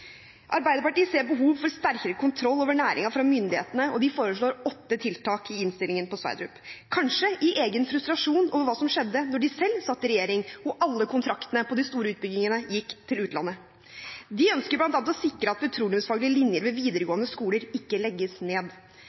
Arbeiderpartiet ser behov for sterkere kontroll over næringen fra myndighetene, og sammen med Senterpartiet foreslår de åtte tiltak i innstillingen om Johan Sverdrup – kanskje i egen frustrasjon over hva som skjedde da de selv satt i regjering og alle kontraktene på de store utbyggingene gikk til utlandet. De ønsker bl.a. å sikre at petroleumsfaglige linjer ved videregående skoler ikke legges ned